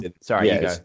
sorry